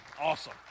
Awesome